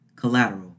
collateral